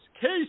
Case